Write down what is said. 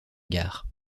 gare